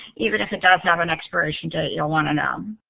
even if it does have an expiration date, you'll want to know.